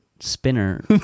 spinner